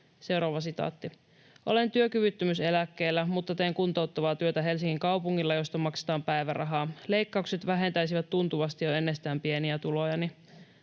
tulot pienenee.” ”Olen työkyvyttömyyseläkkeellä, mutta teen kuntouttavaa työtä Helsingin kaupungilla, josta maksetaan päivärahaa. Leikkaukset vähentäisivät tuntuvasti jo ennestään pieniä tulojani.”